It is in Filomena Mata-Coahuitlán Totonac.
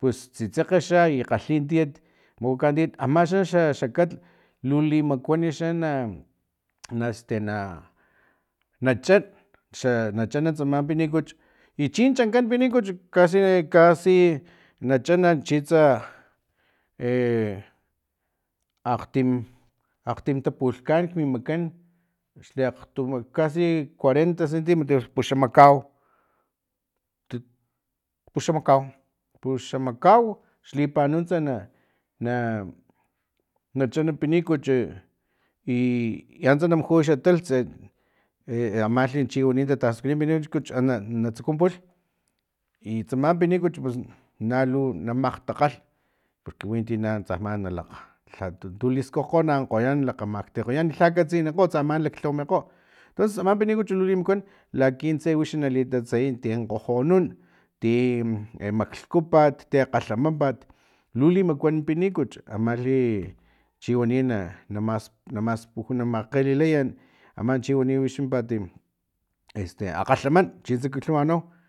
pus tsitsekge xa i kgalhi tiat makuaka tiat ama xa xa xa katl lu limakuan uxa na este na na chan xa nachan tsama pinikuchu i chin chankan pinikuchu casi casi na chana chintsa e akgtim akgtim tapulhkan mi makan xliakgto casi cuarenta centimetros puxamakau tut puxamakau puxamakau xlipanuntsa na na chan pinikuchu i antsa na mujuy lha taltsa e malhi chi wani nataspita pinikuchu tsuku pulh i tsama pinikuchu pus nalu makgtakgalh porque winti na tsaman nalakg lhatu tu liskukgo i naan lakamakgtikgoyan lha katsinikgots tsaman laklhawamikgo tonces tsama pinikuchu lu limakuan laki tse wix nali tatseyiy tin kgojonun ti e maklhkupat ti akgalhamampat lu limakuan pinikuchu amali chiwani na namas namas namas kgelilaya aman chiwani chimpat este akgalhaman chintse kilhumanau